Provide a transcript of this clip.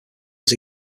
was